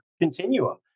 continuum